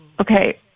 Okay